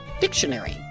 Dictionary